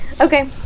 Okay